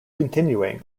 continuing